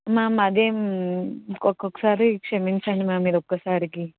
ma'am అది ఏమి ఒక్కొక్కసారి క్షమించండి మ్యామ్ మీరు ఒక్కసారికి